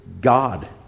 God